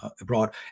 abroad